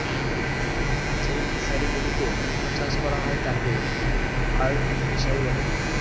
যেই ফিশারি গুলিতে মুক্ত চাষ করা হয় তাকে পার্ল ফিসারী বলে